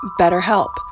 BetterHelp